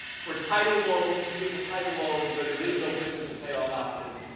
for title loans, vehicle title loans, where there is no principal-payoff option,